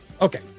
Okay